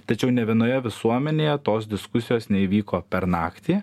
tačiau nė vienoje visuomenėje tos diskusijos neįvyko per naktį